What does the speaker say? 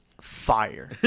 fire